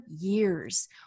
years